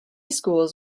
schools